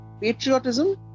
patriotism